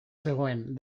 zegoen